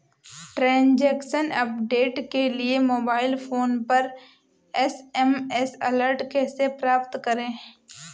Transaction update के लिए mobile phone पर एस.एम.एस अलर्ट कैसे प्राप्त करें?